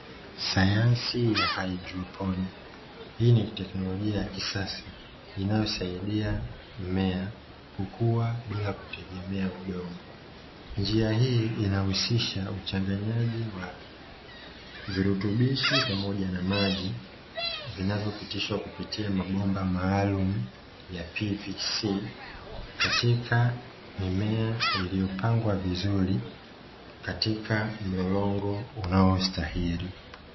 Sayansi ya haidroponi. Hii ni teknolojia ya kisasa inayosaidia mmea kukua bila kutegemea udongo. Njia hii inahusisha uchanganyaji wa virutubishi pamoja na maji, vinavyopitishwa kupitia mabomba maalumu ya "p v c", katika mimea iliyopangwa vizuri katika mlolongo unaostahili.